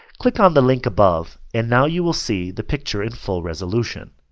click on the link above and now you will see the picture in full resolution.